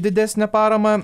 didesnę paramą